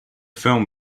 film